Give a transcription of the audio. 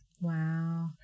Wow